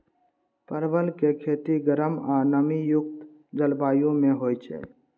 परवल के खेती गर्म आ नमी युक्त जलवायु मे होइ छै